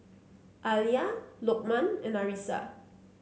Alya Lokman and Arissa